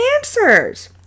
answers